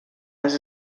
les